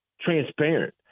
transparent